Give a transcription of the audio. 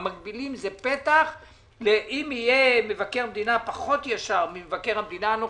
המקבילים זה פתח ואם יהיה מבקר המדינה פחות ישר ממבקר המדינה הנוכחי,